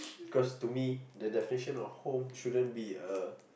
cause to me the definition of home shouldn't be a